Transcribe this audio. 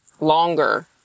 longer